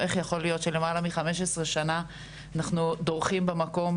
איך יכול להיות שלמעלה מ-15 שנים אנחנו דורכים במקום,